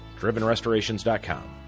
DrivenRestorations.com